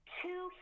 two